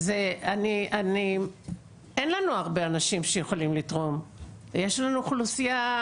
שזה דבר שאני מנסה להבין אותו, לא מצליחה.